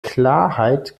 klarheit